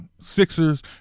Sixers